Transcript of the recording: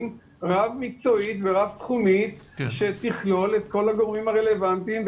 רב-מקצועית ורב-תחומית שתכלול את כל הגורמים הרלוונטיים,